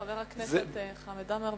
חבר הכנסת חמד עמאר,